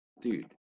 Dude